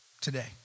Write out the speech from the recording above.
today